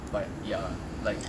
but ya like